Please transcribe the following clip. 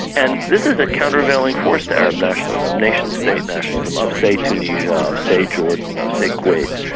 and this is a countervailing force to arab nationalism, nation-state nationalism, of say tunisia, of say jordan, of say kuwait,